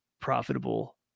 profitable